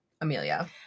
Amelia